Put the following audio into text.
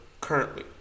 currently